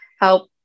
help